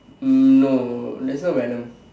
um no there's no venom